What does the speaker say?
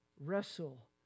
wrestle